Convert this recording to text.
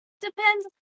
Depends